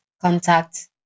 contact